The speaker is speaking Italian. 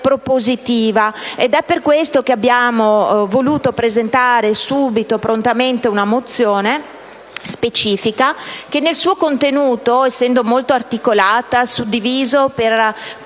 per questo che abbiamo voluto presentare subito, prontamente una mozione specifica che nel suo contenuto, molto articolato e suddiviso per